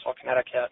Connecticut